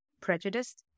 prejudiced